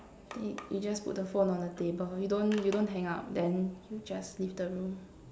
then you just put the phone on the table you don't you don't hang up then you just leave the room